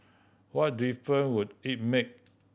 what difference would it make